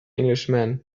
englishman